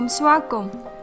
Welcome